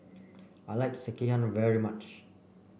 I like Sekihan very much